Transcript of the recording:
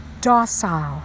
docile